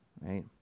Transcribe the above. Right